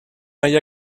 mai